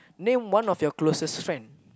name one of your closest friend